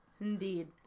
Indeed